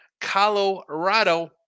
Colorado